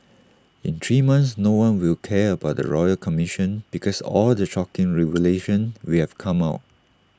in three months no one will care about the royal commission because all the shocking revelations will have come out